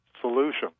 solution